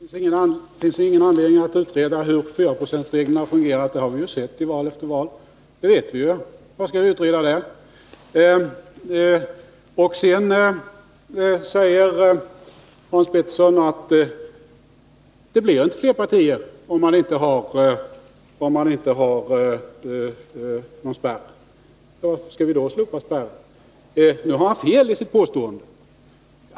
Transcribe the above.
Fru talman! Det finns ingen anledning att utreda hur 4-procentsregeln har fungerat. Det har vi ju sett i val efter val, så det vet vi. Sedan säger Hans Petersson att det blir inte fler partier om man inte har någon spärr. Varför skall vi då slopa spärren? Men nu har Hans Petersson fel 15 i det påståendet.